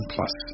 Plus